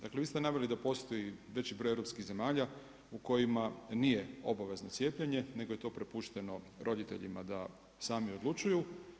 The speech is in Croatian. Dakle vi ste naveli da postoji veći broj europskih zemalja u kojima nije obavezno cijepljenje nego je to prepušteno roditeljima da sami odlučuju.